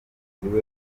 mugenzi